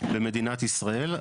במדינת ישראל,